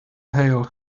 hail